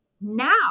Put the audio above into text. now